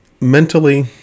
Mentally